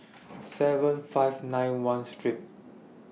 seven five nine one Street